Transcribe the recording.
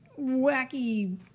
wacky